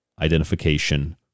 identification